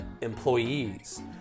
employees